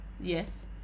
yes